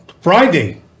friday